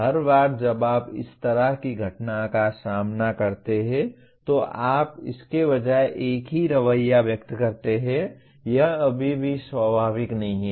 हर बार जब आप इसी तरह की घटना का सामना करते हैं तो आप इसके बजाय एक ही रवैया व्यक्त करते हैं यह अभी भी स्वाभाविक नहीं है